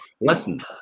Listen